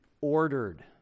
ordered